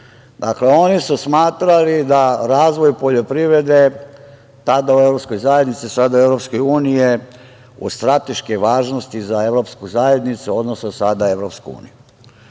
Dakle, oni su smatrali da razvoj poljoprivrede, tada u Evropskoj zajednici, sada Evropskoj uniji je od strateške važnosti za Evropsku zajednicu, odnosno sada EU.Ja, kao